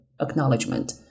acknowledgement